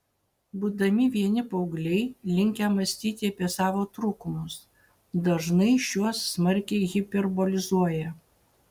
būdami vieni paaugliai linkę mąstyti apie savo trūkumus dažnai šiuos smarkiai hiperbolizuoja